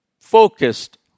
focused